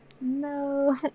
no